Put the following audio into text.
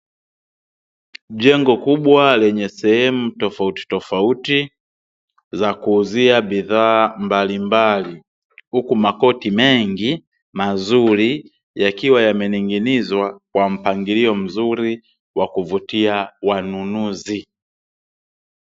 Jengo kubwa lenye sehemu tofautitofauti, za kuuzia bidhaa mbalimbali, huku makoti mengi mazuri yakiwa yamening'inizwa kwa mpangilio mzuri wa kuvutia wanunuzi.